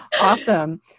Awesome